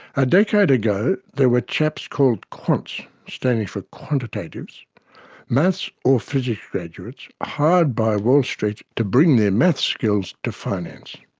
a decade ago there were chaps called quants, standing for quantitatives maths or physics graduates, hired by wall street to bring their maths skills to finance.